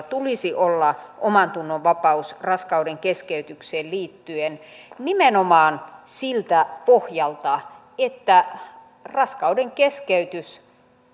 tulisi olla omantunnonvapaus raskaudenkeskeytykseen liittyen nimenomaan siltä pohjalta että raskaudenkeskeytys